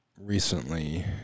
recently